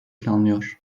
planlıyor